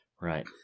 right